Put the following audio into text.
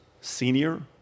senior